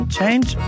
change